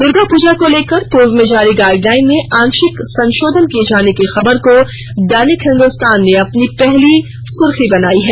दुर्गा पूजा को लेकर पूर्व में जारी गाइडलाइन में आंशिक संशोधन किए जाने की खबर को दैनिक हिंदुस्तान ने अपनी पहली सूर्खी बनाया है